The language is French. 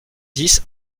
dix